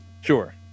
Sure